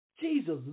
Jesus